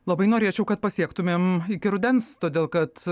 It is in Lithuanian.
labai norėčiau kad pasiektumėm iki rudens todėl kad